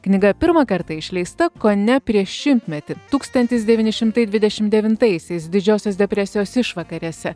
knyga pirmą kartą išleista kone prieš šimtmetį tūkstantis devyni šimtai dvidešim devintaisiais didžiosios depresijos išvakarėse